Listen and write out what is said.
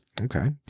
Okay